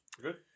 Good